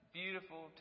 beautiful